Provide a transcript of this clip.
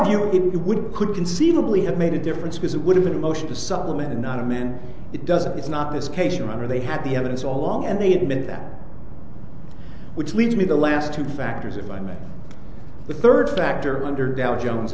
it would could conceivably have made a difference because it would have been a motion to supplement and not a man it doesn't it's not this case your honor they have the evidence all along and they admit that which leaves me the last two factors if i may the third factor under down jones